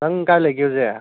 ꯅꯪ ꯀꯥꯏꯗ ꯂꯩꯒꯦ ꯍꯧꯖꯤꯛ